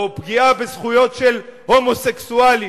או פגיעה בזכויות של הומוסקסואלים,